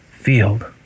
field